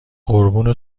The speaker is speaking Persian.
قربون